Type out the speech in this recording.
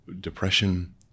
depression